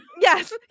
yes